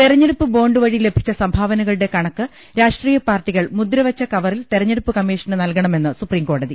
തെരഞ്ഞെടുപ്പ് ബോണ്ട് വഴി ലഭിച്ച സംഭാവനകളുടെ കണക്ക് രാഷ്ട്രീയപാർട്ടികൾ മുദ്രവെച്ച കവറിൽ തെരഞ്ഞെടുപ്പ് കമ്മീ ഷന് നൽകണമെന്ന് സുപ്രീംകോടതി